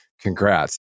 Congrats